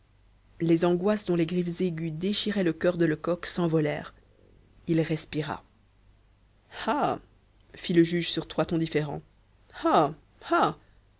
les angoisses dont les griffes aiguës déchiraient le cœur de lecoq s'envolèrent il respira ah fit le juge sur trois tons différents ah ah